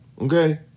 okay